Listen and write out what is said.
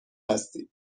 هستید